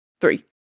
Three